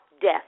death